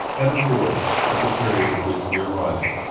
and, of course, at the period of which we are writing.